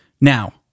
Now